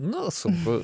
nu sunku